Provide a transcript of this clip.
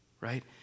right